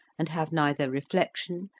and have neither reflection,